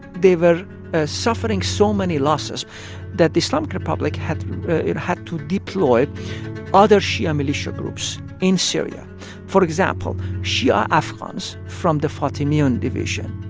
they were suffering so many losses that the islamic republic had it had to deploy other shia militia groups in syria for example, shia africans from the fatemiyoun division.